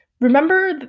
remember